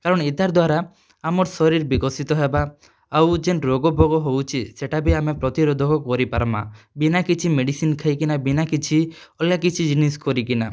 କାରଣ୍ ଇତାର୍ ଦ୍ଵାରା ଆମର୍ ଶରୀର୍ ବିକଶିତ୍ ହେବା ଆଉ ଯେନ୍ ରୋଗ୍ଫୋଗ୍ ହେଉଛେ ସେଟା ବି ଆମେ ପ୍ରତିରୋଧକ୍ କରି ପାର୍ମା ବିନା କିଛି ମେଡିସିନ୍ ଖାଇକିନା ବିନା କିଛି ଅଲ୍ଗା କିଛି ଜିନିଷ୍ କରିକିନା